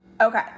Okay